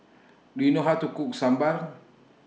Do YOU know How to Cook Sambar